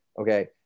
Okay